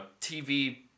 TV